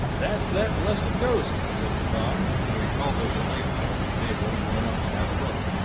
that's that blessed ghost i said to tom, and we collared the lamps off the table, and went up to have a look.